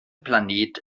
planet